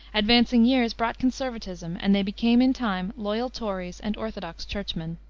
advancing years brought conservatism, and they became in time loyal tories and orthodox churchmen.